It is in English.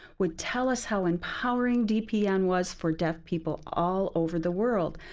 would tell us how empowering dpn was for deaf people all over the world.